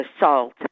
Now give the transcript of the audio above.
assault